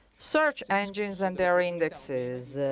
search engines and their indexes